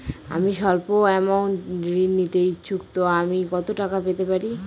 আমি সল্প আমৌন্ট ঋণ নিতে ইচ্ছুক তো আমি কত টাকা পেতে পারি?